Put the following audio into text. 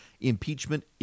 impeachment